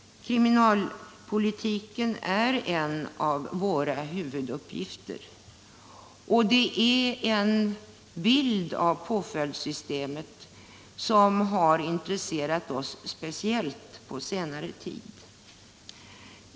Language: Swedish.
Kriminalpolitiken är en av våra huvuduppgifter, och det är en bild av påföljdssystemet som har intresserat oss speciellt på senare tid.